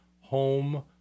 home